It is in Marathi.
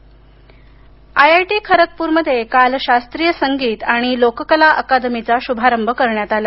संगीत कला अकादमी आयआयटी खरगपूरमध्ये काल शास्त्रीय संगीत आणि लोककला अकादमीचा शुभारंभ करण्यात आला